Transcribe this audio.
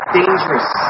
dangerous